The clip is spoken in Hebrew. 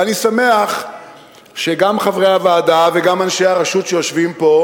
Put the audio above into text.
ואני שמח שגם חברי הוועדה וגם אנשי הרשות שיושבים פה,